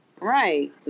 right